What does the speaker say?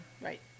Right